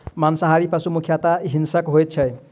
मांसाहारी पशु मुख्यतः हिंसक होइत छै